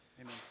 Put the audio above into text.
amen